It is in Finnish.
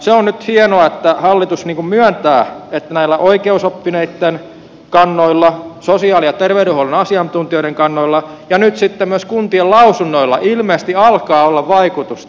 se on nyt hienoa että hallitus niin kuin myöntää että näillä oikeusoppineitten kannoilla sosiaali ja terveydenhuollon asiantuntijoiden kannoilla ja nyt sitten myös kuntien lausunnoilla ilmeisesti alkaa olla vaikutusta